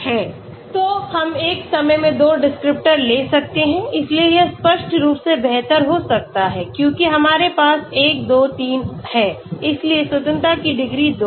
तो हम एक समय में 2 डिस्क्रिप्टर ले सकते हैं इसलिए यह स्पष्ट रूप से बेहतर हो सकता है क्योंकि हमारे पास 1 2 3 है इसलिए स्वतंत्रता की डिग्री 2 हैं